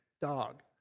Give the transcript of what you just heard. dog